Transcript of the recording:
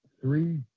three